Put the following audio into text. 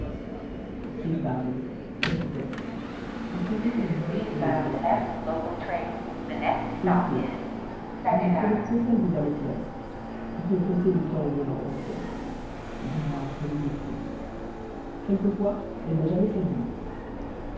épargne caisse d occasion de vol pour les domestiques épée on ne connaît que celle de damoclès regretter le temps où on en portait brave comme une épée quelquefois elle n'a jamais servi